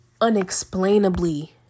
unexplainably